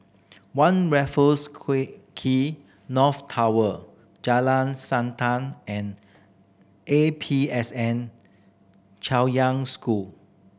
One Raffles Quay North Tower Jalan Siantan and A P S N Chaoyang School